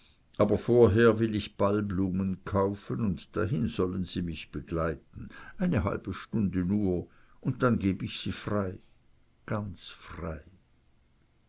aber vorher will ich ballblumen kaufen und dahin sollen sie mich begleiten eine halbe stunde nur und dann geb ich sie frei ganz frei